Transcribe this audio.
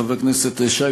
חבר הכנסת שי,